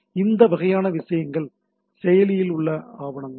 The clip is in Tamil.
இந்த வகையான விஷயங்கள் செயலில் உள்ள ஆவணமாகும்